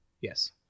Yes